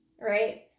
right